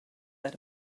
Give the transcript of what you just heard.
that